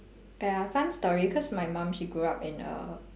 ah ya fun story cause my mum she grew up in a